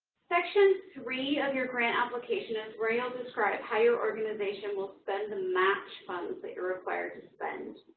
section three of your grant application is where you'll describe how your organization will spend the match funds that you're required to spend.